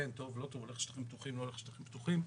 כן שטחים פתוחים או לא שטחים פתוחים,